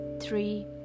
three